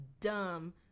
dumb